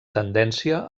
tendència